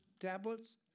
tablets